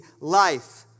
life